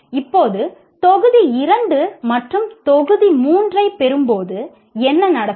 இப்போது தொகுதி 2 மற்றும் தொகுதி 3 ஐப் பெறும்போது என்ன நடக்கும்